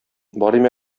барыйм